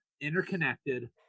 Interconnected